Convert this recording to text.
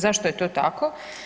Zašto je to tako?